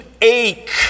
ache